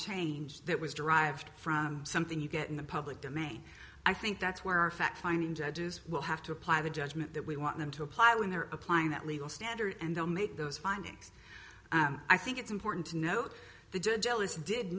change that was derived from something you get in the public domain i think that's where our fact finding judges will have to apply the judgment that we want them to apply when they're applying that legal standard and they'll make those findings i think it's important to note the